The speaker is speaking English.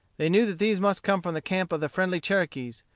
they knew that these must come from the camp of the friendly cherokees,